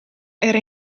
era